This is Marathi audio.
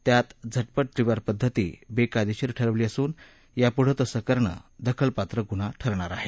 त्यात झटपट त्रिवार पद्धती बेकायदेशीर ठरवली असून यापुढं तसं करणं दखलपात्र गुन्हा ठरणार आहे